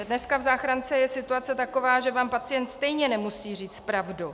Dneska v záchrance je situace taková, že vám pacient stejně nemusí říct pravdu.